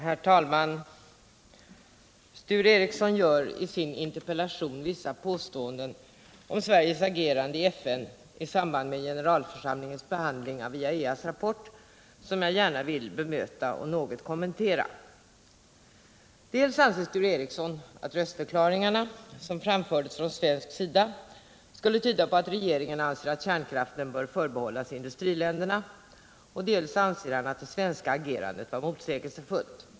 Herr talman! Sture Ericson gör i sin interpellation vissa påståenden om Sveriges agerande i FN i samband med generalförsamlingens behandling av IAEA:s rapport som jag gärna vill bemöta och något kommentera. Dels anser Sture Ericson att röstförklaringarna som framfördes från svensk sida skulle tyda på att regeringen anser att kärnkraften bör förbehållas industriländerna, dels anser han att det svenska agerandet var motsägelsefullt.